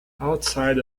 outside